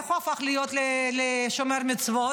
איך הוא הפך להיות שומר מצוות?